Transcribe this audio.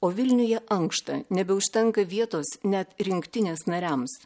o vilniuje ankšta nebeužtenka vietos net rinktinės nariams